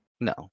No